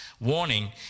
warning